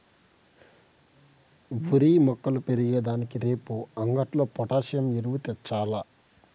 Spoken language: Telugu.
ఓరి మొక్కలు పెరిగే దానికి రేపు అంగట్లో పొటాసియం ఎరువు తెచ్చాల్ల